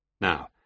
Now